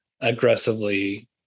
aggressively